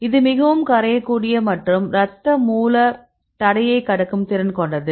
இது மிகவும் கரையக்கூடிய மற்றும் இரத்த மூளைத் தடையை கடக்கும் திறன் கொண்டது